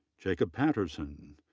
jacob patterson,